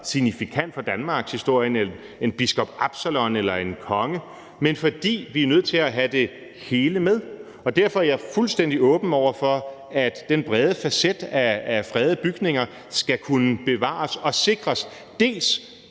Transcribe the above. signifikant for danmarkshistorien end biskop Absalon eller en konge, men fordi vi er nødt til at have det hele med. Derfor er jeg fuldstændig åben over for, dels at den brede palet af fredede bygninger skal kunne bevares og sikres i